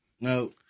no